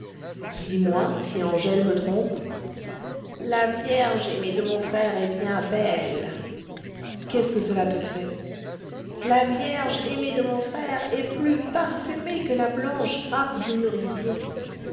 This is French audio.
dis-moi si angèle me trompe la vierge aimée de mon frère est bien belle qu'est-ce que cela te fait la vierge aimée de mon frère est plus parfumée que la blanche grappe du merisier